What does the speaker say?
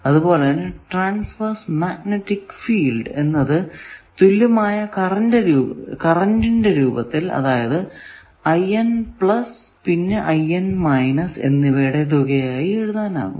അതുപോലെ transverse magnetic field എന്നത് തുല്യമായ കറന്റിന്റെ രൂപത്തിൽ അതായതു പിന്നെ എന്നിവയുടെ തുകയായി എഴുതാനാകും